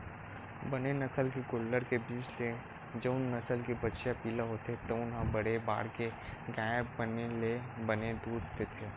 बने नसल के गोल्लर के बीज ले जउन नसल के बछिया पिला होथे तउन ह बड़े बाड़के गाय बने ले बने दूद देथे